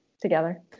together